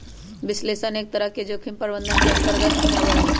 विश्लेषण एक तरह से जोखिम प्रबंधन के अन्तर्गत भी आवा हई